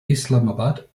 islamabad